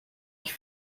ich